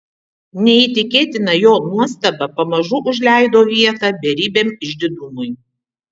neįtikėtina jo nuostaba pamažu užleido vietą beribiam išdidumui